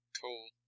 Cool